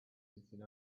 sitting